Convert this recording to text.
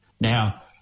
Now